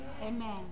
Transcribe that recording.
Amen